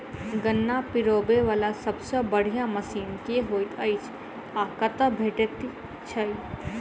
गन्ना पिरोबै वला सबसँ बढ़िया मशीन केँ होइत अछि आ कतह भेटति अछि?